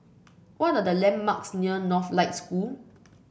what are the landmarks near Northlight School